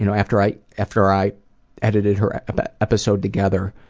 you know after i, after i edited her but episode together.